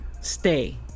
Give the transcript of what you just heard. stay